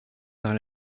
par